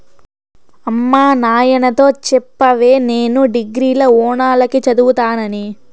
అమ్మ నాయనతో చెప్పవే నేను డిగ్రీల ఓనాల కి చదువుతానని